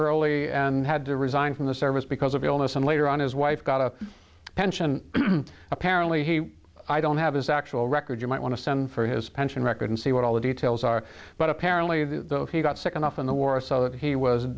early and had to resign from the service because of illness and later on his wife got a pension apparently he i don't have his actual record you might want to send for his pension record and see what all the details are but apparently he got sick enough in the war so that he was